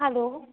hello